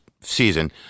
season